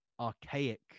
archaic